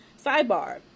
Sidebar